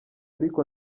ariko